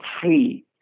free